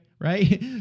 right